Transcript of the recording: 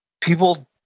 people